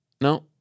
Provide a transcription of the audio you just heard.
No